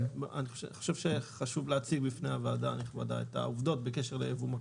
אני חושב שחשוב להציג בפני הוועדה הנכבדה את העובדות בקשר ליבוא מקביל.